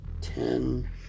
Ten